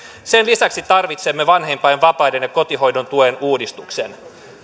tarvitsemme myös vanhempainvapaiden ja kotihoidon tuen uudistuksen